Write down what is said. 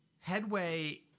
Headway